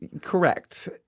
Correct